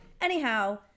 anyhow